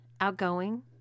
outgoing